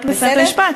רק לסיים את המשפט,